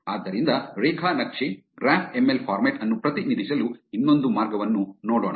ಆದ್ದರಿಂದ ರೇಖಾ ನಕ್ಷೆ ಗ್ರಾಫ್ ಎಂಎಲ್ ಫಾರ್ಮ್ಯಾಟ್ ಅನ್ನು ಪ್ರತಿನಿಧಿಸಲು ಇನ್ನೊಂದು ಮಾರ್ಗವನ್ನು ನೋಡೋಣ